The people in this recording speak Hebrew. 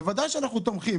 בוודאי אנחנו תומכים.